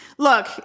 Look